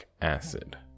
acid